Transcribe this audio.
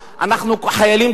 אנחנו חיילים טובים,